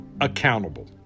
accountable